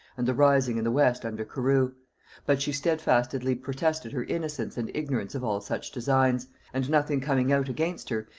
and the rising in the west under carew but she steadfastly protested her innocence and ignorance of all such designs and nothing coming out against her,